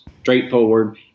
straightforward